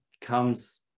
comes